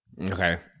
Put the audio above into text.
Okay